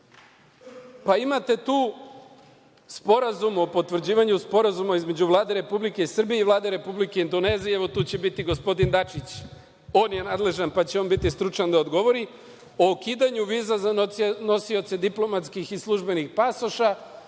Sporazum o potvrđivanju Sporazuma između Vlade Republike Srbije i Vlade Republike Indonezije, evo, tu će biti gospodin Dačić, on je nadležan, pa će on biti stručan da odgovori, o ukidanju viza za nosioce diplomatskih i službenih pasoša.